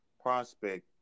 prospect